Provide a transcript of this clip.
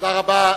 תודה רבה.